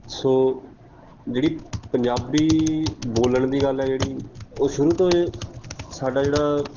ਸੋ ਜਿਹੜੀ ਪੰਜਾਬੀ ਬੋਲਣ ਦੀ ਗੱਲ ਹੈ ਜਿਹੜੀ ਉਹ ਸ਼ੁਰੂ ਤੋਂ ਸਾਡਾ ਜਿਹੜਾ